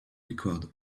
record